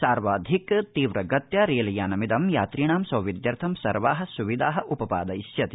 सर्वाधिक तीव्रगत्या रेलयानमिद यात्रिणां सौविध्यथं सर्वा सुविधा उपपादयिष्यति